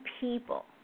people